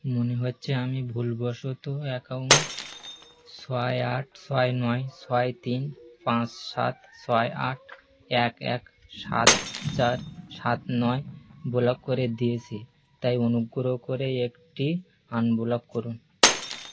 মনে হচ্ছে আমি ভুলবশত অ্যাকাউন্ট ছয় আট ছয় নয় ছয় তিন পাঁচ সাত ছয় আট এক এক সাত চার সাত নয় ব্লক করে দিয়েছি তাই অনুগ্রহ করে একটি আনব্লক করুন